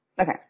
Okay